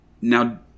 Now